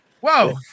whoa